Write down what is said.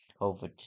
over